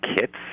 kits